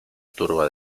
turba